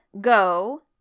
go